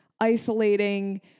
isolating